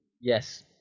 Yes